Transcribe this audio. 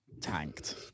tanked